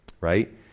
right